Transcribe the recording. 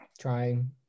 trying